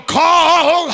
call